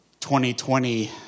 2020